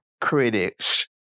critics